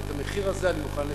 ואת המחיר שלו אני מוכן לשלם.